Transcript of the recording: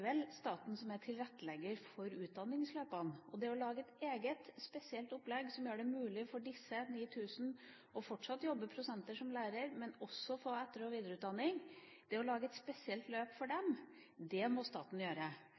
staten som er tilrettelegger for utdanningsløpene. Og det å lage et eget, spesielt opplegg som gjør det mulig for disse 9 000 fortsatt å jobbe prosenter som lærer, men også få etter- og videreutdanning – det å lage et spesielt løp for dem – må staten gjøre.